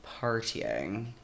partying